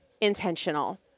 intentional